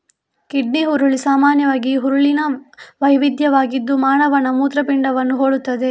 kidney ಹುರುಳಿ ಸಾಮಾನ್ಯ ಹುರುಳಿನ ವೈವಿಧ್ಯವಾಗಿದ್ದು ಮಾನವನ ಮೂತ್ರಪಿಂಡವನ್ನು ಹೋಲುತ್ತದೆ